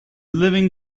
living